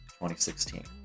2016